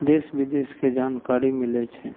देश बिदेशके जानकारी मिलै छै